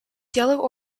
yellow